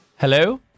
Hello